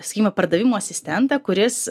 sakykime pardavimų asistentą kuris